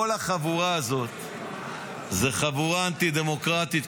כל החבורה הזאת זו חבורה אנטי-דמוקרטית,